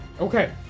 Okay